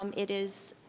um it is